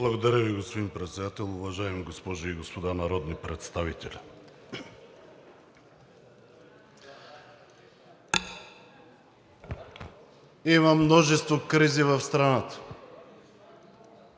Благодаря Ви, господин Председател. Уважаеми госпожи и господа народни представители! Има множество кризи в страната.